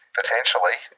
potentially